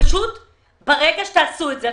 ברגע שתעשו את זה,